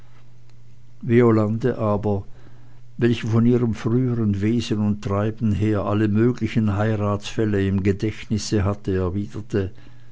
violande aber welche von ihrem frühern wesen und treiben her alle möglichen heiratsfälle im gedächtnisse hatte erwiderte